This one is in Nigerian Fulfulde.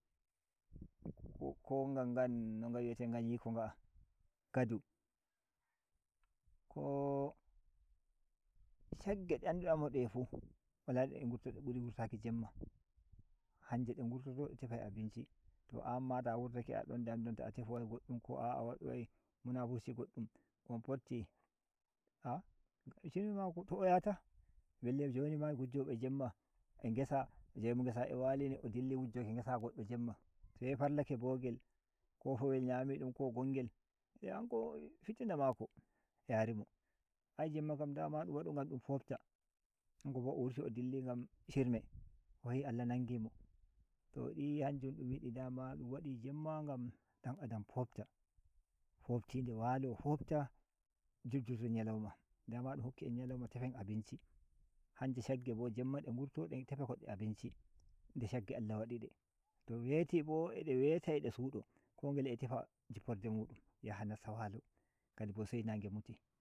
Ko ngan ngan no nga wi ete nga ‘yiko nga gadu k shagge de andu da ande de fu wallhi de buri wurtaki Jemma hanje de ngurtoto de tefai abinci to amma ta wurtake adon dam damta a tefowai goddum ko a awadowai munafurci goddum on fotti a shirme mako to’o yata belle soni ma gujjobe Jemma a ngesa jomy ngeso a wali neddo dili wujjoiki ngesa goddo Jemma to yahi farlake bogel kofowel yami ɗum ko gongel hanko fitina mako yari mo ae Jemma kam dama dun wadu gam ɗum tobta hank obo o wurti o dilli gam shirme o yahi Allah nangi mo to di’i hanjum dum yidi dama dum wadi Jemma gam dan adam fobta fobtide walo fobta nyalauma dama dum hokki en nyalauma tefen abinci hanji shagge bo Jemma de ngurto de tefa abinci nde shagge Allah wadi de tonweti bo a weta a de sudo ko ngete a tefa jipprde mudum yaha nasta walo se nage muti.